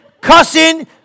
cussing